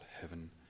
heaven